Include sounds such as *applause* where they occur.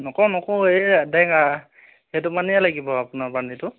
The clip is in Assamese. নকওঁ নকওঁ এই *unintelligible* সেইটো পানীয়ে লাগিব আপোনাৰ পানীটো